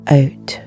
out